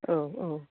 औ औ